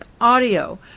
audio